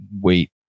wait